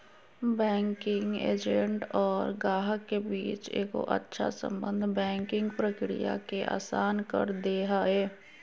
banking agent और गाहक के बीच एगो अच्छा सम्बन्ध बैंकिंग प्रक्रिया के आसान कर दे हय